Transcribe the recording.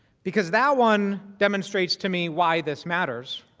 because now one demonstrates to me why this matters